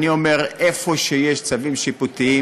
אני אומר: איפה שיש צווים שיפוטיים,